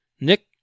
Nick